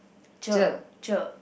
cher cher